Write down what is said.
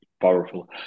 powerful